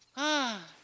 ah!